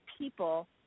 people